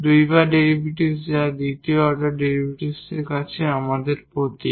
দুইবার ডেরিভেটিভ যা দ্বিতীয় অর্ডার ডেরিভেটিভসের জন্য আমাদের প্রতীক